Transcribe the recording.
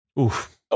Oof